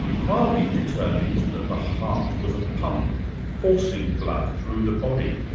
harvey determined that the heart was a pump forcing blood through the body,